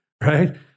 right